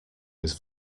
was